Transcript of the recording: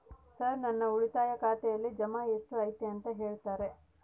Sir ನನ್ನ ಉಳಿತಾಯ ಖಾತೆಯಲ್ಲಿ ಜಮಾ ಎಷ್ಟು ಐತಿ ಅಂತ ಹೇಳ್ತೇರಾ?